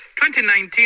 2019